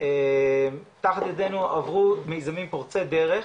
תחת ידינו עברו מיזמים פורצי דרך,